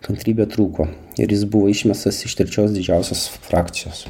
kantrybė trūko ir jis buvo išmestas iš trečios didžiausios frakcijos